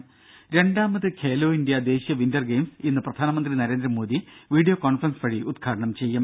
രുമ രണ്ടാമത് ഖേലോ ഇന്ത്യാ ദേശീയ വിന്റർ ഗെയിംസ് ഇന്ന് പ്രധാനമന്ത്രി നരേന്ദ്രമോദി വീഡിയോ കോൺഫറൻസ് വഴി ഉദ്ഘാടനം ചെയ്യും